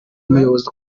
umuyobozi